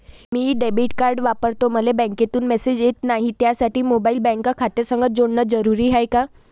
मी debit card वापरतो मले बँकेतून मॅसेज येत नाही, त्यासाठी मोबाईल बँक खात्यासंग जोडनं जरुरी हाय का?